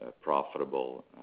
profitable